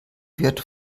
wird